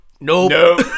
nope